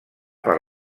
per